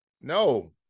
No